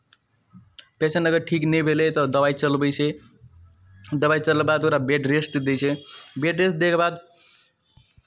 patient अगर ठीक नहि भेलै तऽ दबाइ चलबै छै दबाइ चलबैके बाद ओकरा बेड रेस्ट दै छै बेड रेस्ट दैके बाद